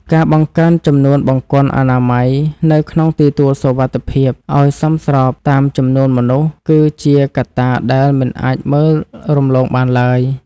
ការបង្កើនចំនួនបង្គន់អនាម័យនៅក្នុងទីទួលសុវត្ថិភាពឱ្យសមស្របតាមចំនួនមនុស្ស គឺជាកត្តាដែលមិនអាចមើលរំលងបានឡើយ។